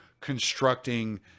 constructing